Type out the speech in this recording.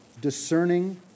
discerning